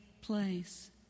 place